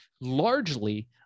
largely